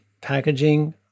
packaging